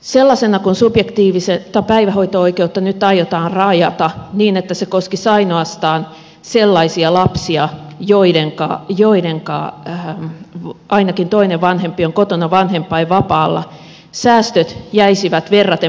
sellaisena kuin subjektiivista päivähoito oikeutta nyt aiotaan rajata niin että se koskisi ainoastaan sellaisia lapsia joidenka ainakin toinen vanhempi on kotona vanhempainvapaalla säästöt jäisivät verraten pieniksi